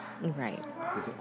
Right